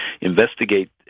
investigate